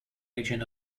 region